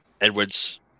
Edwards